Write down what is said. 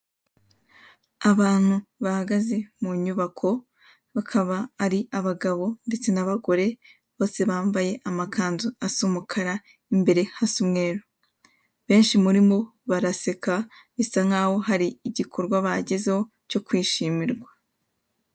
Abantu bahagaze mu nyubako bakaba ari abagabo ndetse n'abagore bose bambaye amakanzu asa umukara imbere hasa umweru, benshi muri mo baraseka bisa nkaho hari igikorwa bagezeho cyo kwishimirwa.